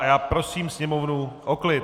A já prosím sněmovnu o klid.